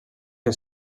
que